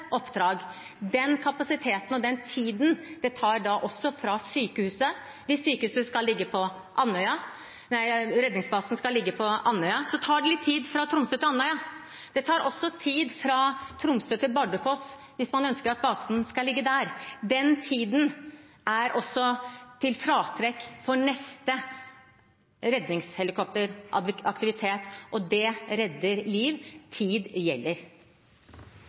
oppdrag. Hvis redningsbasen skal ligge på Andøya, så tar det litt tid fra Tromsø til Andøya. Det tar også tid fra Tromsø til Bardufoss, hvis man ønsker at basen skal ligge der. Den tiden er også til fratrekk for neste redningshelikopteraktivitet, og det redder liv. Tid gjelder.